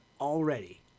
already